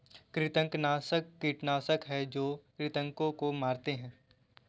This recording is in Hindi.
कृंतकनाशक कीटनाशक हैं जो कृन्तकों को मारते हैं